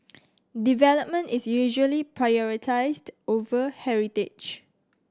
development is usually prioritised over heritage